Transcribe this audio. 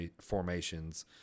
formations